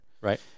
Right